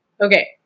Okay